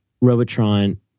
Robotron